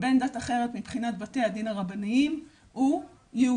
בן דת אחרת, מבחינת בתי הדין הרבניים, הוא יהודי.